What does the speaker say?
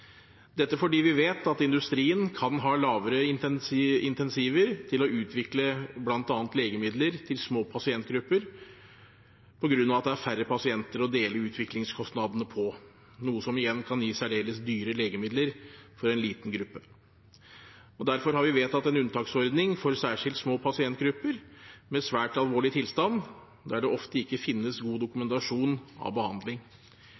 dette fordi vi vet at industrien kan ha lavere incentiver til å utvikle bl.a. legemidler til små pasientgrupper på grunn av at det er færre pasienter å dele utviklingskostnadene på, noe som igjen kan gi særdeles dyre legemidler for en liten gruppe. Derfor har vi vedtatt en unntaksordning for særskilt små pasientgrupper med svært alvorlig tilstand, der det ofte ikke finnes god dokumentasjon av behandling.